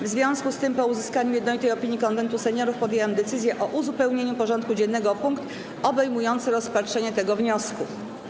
W związku z tym, po uzyskaniu jednolitej opinii Konwentu Seniorów, podjęłam decyzję o uzupełnieniu porządku dziennego o punkt obejmujący rozpatrzenie tego wniosku.